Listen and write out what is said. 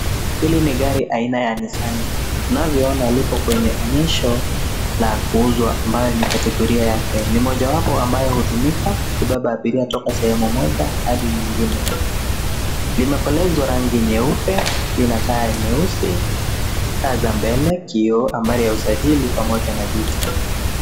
Hili ni gari aina ya nissani. Tunavyoona lipo kwenyeonyesho la kuuzwa ambayo ni kategoria yake. Ni mojawapo ambayo hutumika kubeba abiria toka sehemu moja hadi nyingine. Limekolezwa rangi nyeupe, lina taa nyeusi, taa za mbele, kioo, nambari ya usajili pamoja na miti.